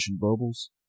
bubbles